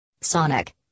Sonic